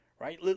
right